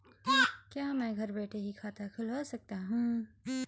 क्या मैं घर बैठे ही खाता खुलवा सकता हूँ?